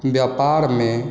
व्यापारमे